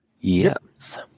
Yes